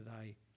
today